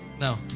No